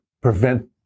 prevent